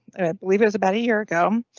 believe it is about a year ago.